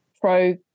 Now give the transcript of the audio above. pro